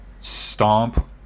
stomp